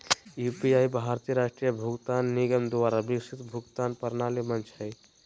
UPI भारतीय राष्ट्रीय भुगतान निगम द्वारा विकसित भुगतान प्रणाली मंच हइ